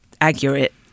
accurate